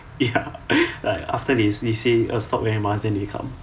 ya like after they they say stop wearing mask then they come